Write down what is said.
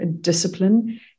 discipline